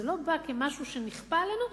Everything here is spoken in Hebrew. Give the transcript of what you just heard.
זה לא בא כמשהו שנכפה עלינו,